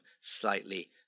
slightly